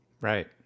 Right